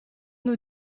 nous